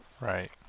Right